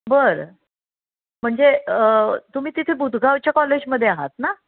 बरं म्हणजे तुम्ही तिथे बुधगावच्या कॉलेजमध्ये आहात ना